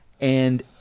and-